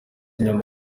nyama